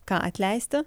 ką atleisti